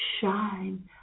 shine